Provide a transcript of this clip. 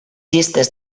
llistes